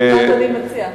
אדוני מציע,